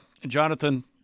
Jonathan